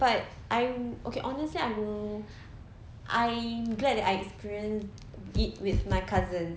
but I'm okay honestly I will I glad that I experience it with my cousins